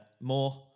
more